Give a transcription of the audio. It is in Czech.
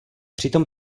přitom